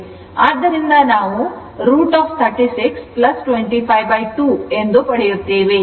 ಆದ್ದರಿಂದ ನಾವು √ 36 252 ಪಡೆಯುತ್ತೇವೆ